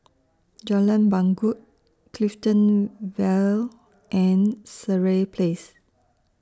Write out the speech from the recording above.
Jalan Bangau Clifton Vale and Sireh Place